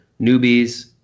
newbies